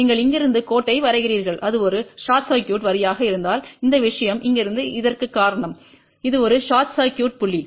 நீங்கள் இங்கிருந்து கோட்டை வரைகிறீர்கள் அது ஒரு ஷார்ட் சர்க்யூட் வரியாக இருந்தால் இந்த விஷயம் இங்கிருந்து இதற்குக் காரணம் இது ஒரு ஷார்ட் சர்க்யூட் புள்ளி